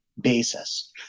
basis